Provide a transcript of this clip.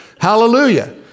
Hallelujah